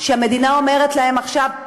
שהמדינה אומרת להם עכשיו: